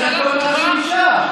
זה כל מה שנשאר.